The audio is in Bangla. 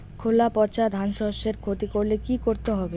খোলা পচা ধানশস্যের ক্ষতি করলে কি করতে হবে?